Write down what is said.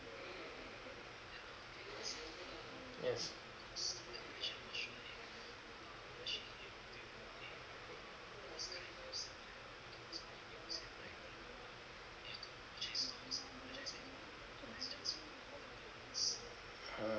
yes uh